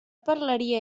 parlaria